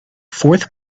fourth